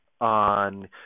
on